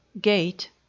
gate